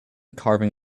carving